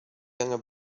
younger